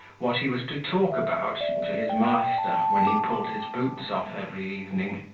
what he was to talk about to his master when he pulled his boots off every evening.